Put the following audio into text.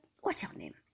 What's-your-name